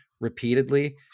repeatedly